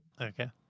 Okay